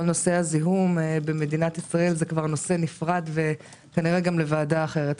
כל נושא הזיהום במדינת ישראל זה נושא נפרד וכנראה גם לוועדה אחרת,